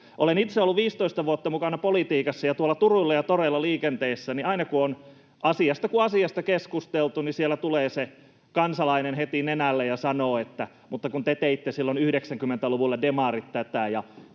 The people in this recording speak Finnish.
Olen itse ollut 15 vuotta mukana politiikassa ja tuolla turuilla ja toreilla liikenteessä. Aina, kun on asiasta kuin asiasta keskusteltu, siellä tulee se kansalainen heti nenälle ja sanoo, että te teitte silloin 90-luvulla, demarit, tätä